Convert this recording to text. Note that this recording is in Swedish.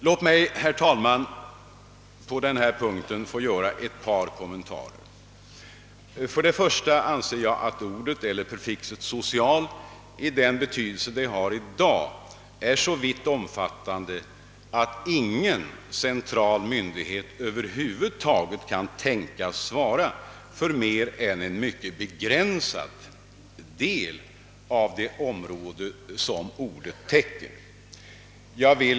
Låt mig, herr talman, på denna punkt få göra ett par kommentarer, Först och främst anser jag att ordet eller prefixet »social» i den betydelse det har i dag är så vittomfattande att ingen central myndighet över huvud taget kan tänkas svara för mer än en mycket begränsad del av det område som ordet täcker.